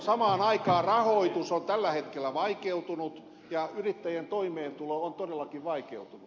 samaan aikaan rahoitus on tällä hetkellä vaikeutunut ja yrittäjien toimeentulo on todellakin vaikeutunut